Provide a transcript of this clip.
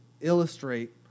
illustrate